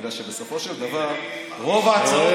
זה בגלל שבסופו של דבר רוב ההצעות,